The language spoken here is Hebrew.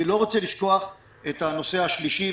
אני לא רוצה לשכוח את הנושא השלישי,